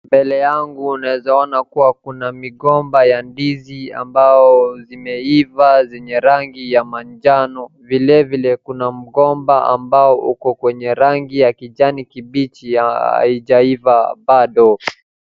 Mbele yangu naweza kuona kuwa kuna migomba ya ndizi ambao zimeiva zenye rangi ya manjano vilevile kuna mgomba ambao uko kwenye rangi ya kijani kibichi haijaiva bado.